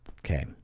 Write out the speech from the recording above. Okay